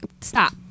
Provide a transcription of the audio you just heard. stop